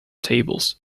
tables